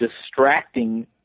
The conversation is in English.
distracting